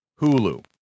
hulu